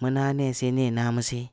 mu naah neh seh, neh naah mu seh.